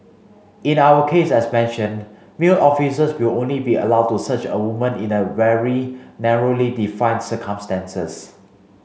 in our case as mentioned male officers will only be allowed to search a woman in a very narrowly defined circumstances